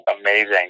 amazing